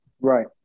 Right